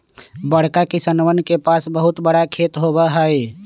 बड़का किसनवन के पास बहुत बड़ा खेत होबा हई